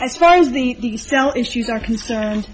as far as the cell issues are concerned